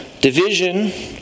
Division